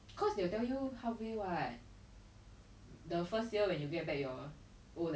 like ya we always make fun of them say like ha ha 六百块而已 but then like seriously is